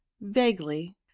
vaguely